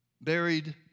buried